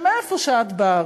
מאיפה שאת באה,